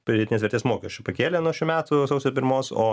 pridėtinės vertės mokesčių pakėlė nuo šių metų sausio pirmos o